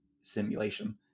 simulation